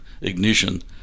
ignition